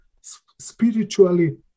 spiritually